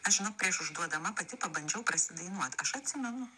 aš žinok prieš užduodama pati pabandžiau prasidainuot aš atsimenu